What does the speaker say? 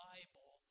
Bible